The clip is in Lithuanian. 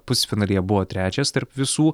pusfinalyje buvo trečias tarp visų